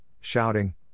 shouting